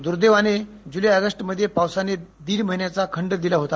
दुर्दैवानं जुलै ऑगस्ट मध्ये पावसानं दिड महिन्याचा खंड दिला होता